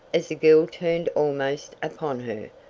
as the girl turned almost upon her.